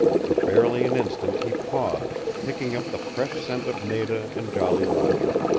for barely an instant he paused, picking up the fresh scent of nada and jolly roger.